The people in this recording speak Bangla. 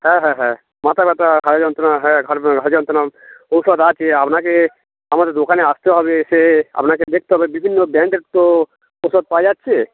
হ্যাঁ হ্যাঁ হ্যাঁ মাথা ব্যথা ঘাড়ে যন্ত্রণা হ্যাঁ হাড়ে যন্ত্রণাম ওঔষধ আছে আপনাকে আমাদের দোকানে আসতে হবে সে আপনাকে দেখতে হবে বিভিন্ন ব্র্যান্ড্রের তো ঔষধ পাওয়া যাচ্ছে